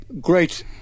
great